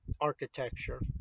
architecture